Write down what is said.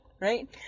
right